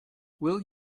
will